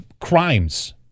crimes